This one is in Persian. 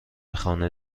خانه